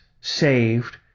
saved